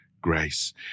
grace